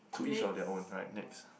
to each of their own right next